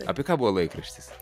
apie ką buvo laikraštis